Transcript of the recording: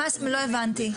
לא הבנתי.